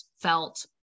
felt